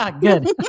Good